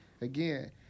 again